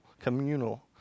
Communal